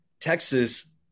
Texas